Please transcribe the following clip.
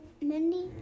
Mindy